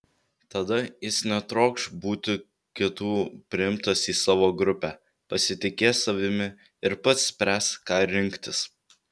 tada jis netrokš būti kitų priimtas į savo grupę pasitikės savimi ir pats spręs ką rinktis